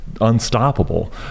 unstoppable